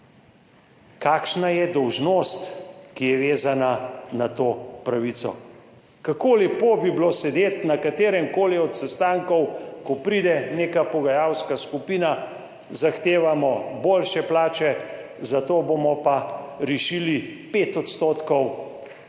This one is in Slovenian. kakšna je dolžnost, ki je vezana na to pravico. Kako lepo bi bilo sedeti na katerem koli od sestankov, ko pride neka pogajalska skupina – zahtevamo boljše plače, zato pa bomo rešili pet, šest odstotkov